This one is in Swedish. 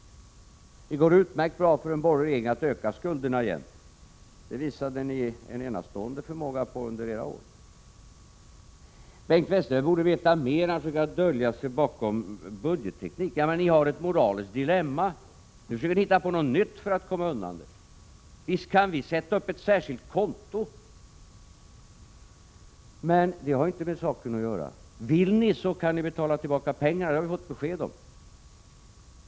Det går utmärkt bra för en borgerlig regering att öka skulderna igen. Det visade ni en enastående förmåga till under era år i regeringsställning. Bengt Westerberg borde veta mer för att inte behöva dölja sig bakom budgetteknik. Vi har ett moraliskt dilemma. Nu försöker ni hitta på någonting nytt för att komma undan det hela. Visst kan vi sätta upp ett särskilt konto. Men det har inte med sakenatt göra. Vill ni, kan ni betala tillbaka pengarna — det har vi fått besked om.